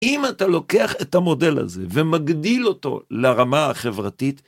אם אתה לוקח את המודל הזה ומגדיל אותו לרמה החברתית...